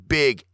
big